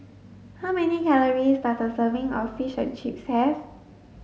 how many calories does a serving of Fish and Chips have